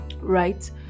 right